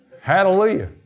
Hallelujah